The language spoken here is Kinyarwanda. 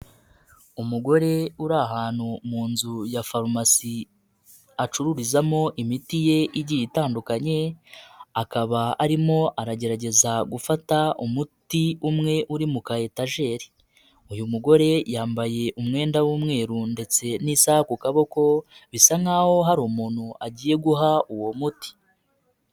Umugore uri ahantu mu nzu ya farumasi acururizamo imiti ye igiye itandukanye akaba arimo aragerageza gufata umuti umwe uri mu kayetajeri, uyu mugore yambaye umwenda w'umweru ndetse n'isaha ku kaboko bisa nkaho hari umuntu agiye guha uwo muti.